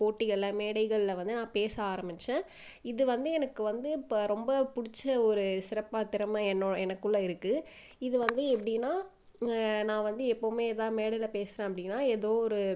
போட்டிகளில் மேடைகளில் வந்து நான் பேச ஆரமிச்சேன் இது வந்து எனக்கு வந்து இப்போ ரொம்ப பிடிச்ச ஒரு சிறப்பான திறமை என்னோ எனக்குள்ளே இருக்கு இது வந்து எப்படின்னா நான் வந்து எப்போவுமே எதா மேடையில் பேசுறேன் அப்படின்னா எதோ ஒரு